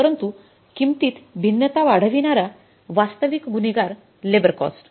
परंतु किंमतीत भिन्नता वाढविणारा वास्तविक गुन्हेगार लेबर कॉस्ट